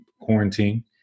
quarantine